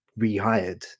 rehired